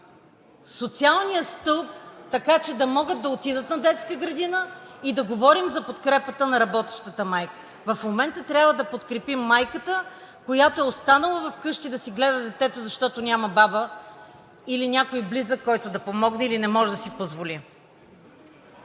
социалния стълб, така че да могат да отидат на детска градина и да говорим за подкрепата на работещата майка. В момента трябва да подкрепим майката, която е останала вкъщи да си гледа детето, защото няма баба или някой близък, който да помогне, или не може да си позволи.